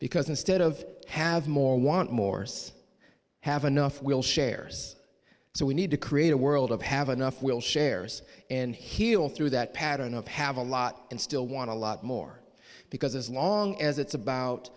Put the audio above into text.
because instead of have more want morse have enough will shares so we need to create a world of have enough will shares and heal through that pattern of have a lot and still want a lot more because as long as it's about